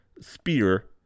spear